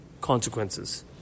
consequences